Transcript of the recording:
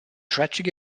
tragic